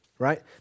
Right